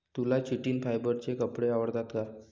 तुला चिटिन फायबरचे कपडे आवडतात का?